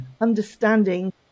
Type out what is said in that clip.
understanding